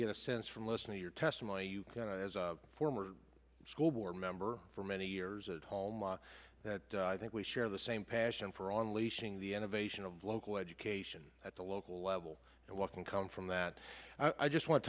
get a sense from listening your testimony you as a former school board member for many years at home that i think we share the same passion for on leashing the end evasion of local education at the local level and walking coming from that i just want to